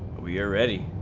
we are already